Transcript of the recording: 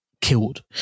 killed